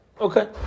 Okay